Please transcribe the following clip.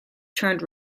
turned